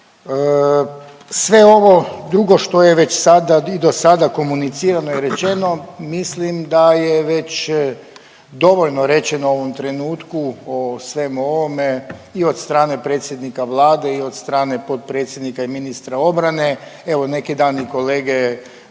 Sve ovo drugo što je već sada i do sada komunicirano i rečeno mislim da je već dovoljno rečeno u ovom trenutku o svemu ovome i od strane predsjednika Vlade i od strane potpredsjednika i ministra obrane. Evo neki dan i kolege